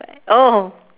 oh